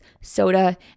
soda